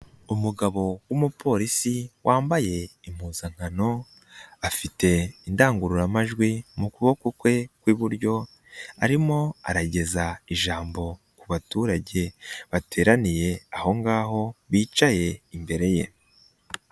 Umugabo w'umupolisi wambaye impuzankano, afite indangururamajwi mu kuboko kwe kw'iburyo, arimo arageza ijambo ku baturage, bateraniye aho ngaho bicaye imbere ye.